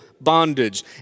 bondage